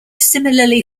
similarly